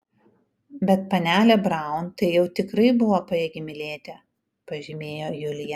bet panelė braun tai jau tikrai buvo pajėgi mylėti pažymėjo julija